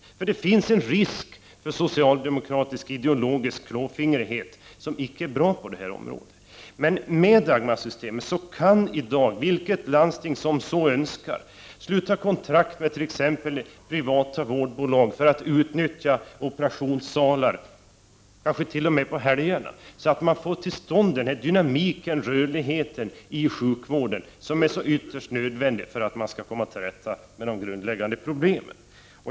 Det finns på det här området en risk för en socialdemokratisk ideologisk klåfingrighet som inte är bra. Med Dagmarsystemet kan i dag det landsting som så önskar sluta kontrakt med t.ex. privata vårdbolag för att, kanske t.o.m. på helgerna, utnyttja operationssalar. Man får till stånd en dynamik och rörlighet i sjukvården som är så ytterst nödvändig för att man skall komma till rätta med de grundläggande problemen.